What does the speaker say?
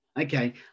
Okay